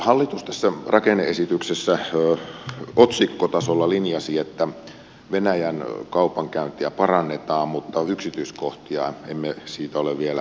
hallitus tässä rakenne esityksessä otsikkotasolla linjasi että venäjän kaupankäyntiä parannetaan mutta yksityiskohtia emme siitä ole vielä saaneet kuulla